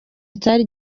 itari